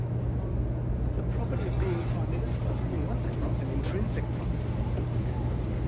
because the property of being prime minister, in one sense it's an intrinsic property that something has,